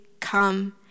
come